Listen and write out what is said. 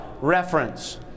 reference